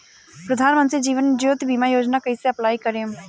प्रधानमंत्री जीवन ज्योति बीमा योजना कैसे अप्लाई करेम?